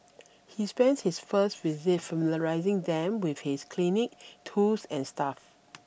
he spends their first visit familiarising them with his clinic tools and staff